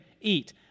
eat